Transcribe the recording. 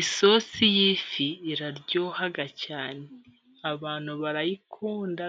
Isosi y'ifi iraryoha cyane. Abantu barayikunda